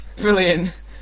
brilliant